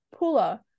Pula